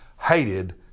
hated